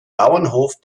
bauernhof